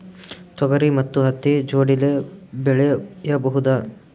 ತೊಗರಿ ಮತ್ತು ಹತ್ತಿ ಜೋಡಿಲೇ ಬೆಳೆಯಬಹುದಾ?